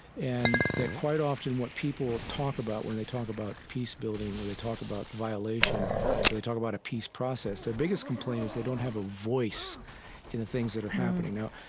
and that quite often what people talk about when they talk about peace-building or they talk about violation or they talk about a peace process, their biggest complaint is they don't have a voice in the things that are happening. now,